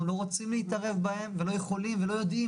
אנחנו לא רוצים להתערב בהם ולא יכולים ולא יודעים,